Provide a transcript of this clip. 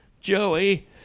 Joey